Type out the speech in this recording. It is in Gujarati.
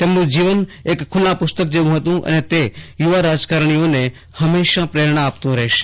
તેમનું જીવન એક ખુલ્લા પુસ્તક જેવું હતું અને તે યુવા રાજકારણીઓને હંમેશા પ્રેરણા આપતું રહેશે